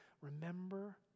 remember